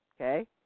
Okay